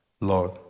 Lord